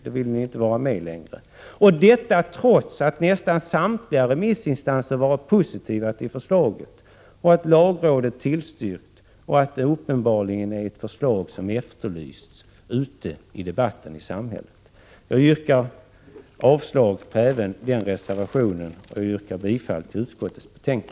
Då vill ni inte vara med längre, trots att nästan samtliga remissinstanser har varit positiva till förslaget, lagrådet har tillstyrkt ändringen och det uppenbarligen är ett förslag som har efterlysts i debatten ute i samhället. Jag yrkar avslag även på reservation 2 och bifall till utskottets hemställan.